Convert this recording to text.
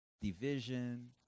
division